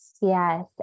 yes